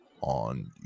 on